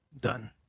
done